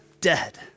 dead